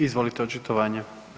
Izvolite, očitovanje.